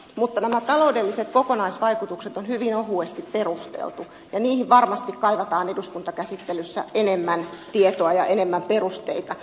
mutta nämä taloudelliset kokonaisvaikutukset on hyvin ohuesti perusteltu ja niihin varmasti kaivataan eduskuntakäsittelyssä enemmän tietoa ja enemmän perusteita